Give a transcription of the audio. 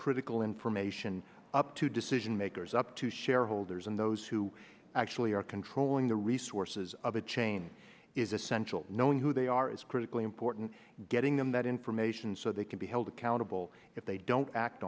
critical information up to decision makers up to shareholders and those who actually are controlling the resources of the chain is essential knowing who they are is critically important getting them that information so they can be held accountable if they don't act